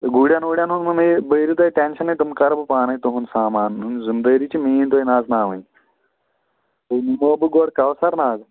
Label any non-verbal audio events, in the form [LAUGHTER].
گُرٮ۪ن وُرٮ۪ن ہُنٛد [UNINTELLIGIBLE] بٔرِو تُہۍ ٹٮ۪نشنٕے تِم کَرٕ بہٕ پانَے تُہُنٛد سامان ذِمدٲری چھِ میٛٲنۍ تۄہہِ نژناوٕنۍ [UNINTELLIGIBLE] نِمہو بہٕ گۄڈٕ کوثر ناگ